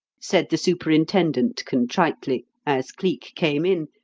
said the superintendent contritely, as cleek came in,